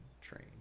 train